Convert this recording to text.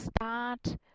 start